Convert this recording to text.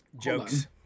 jokes